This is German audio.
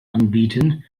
anbieten